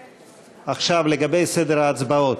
עכשיו, לגבי סדר ההצבעות,